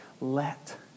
let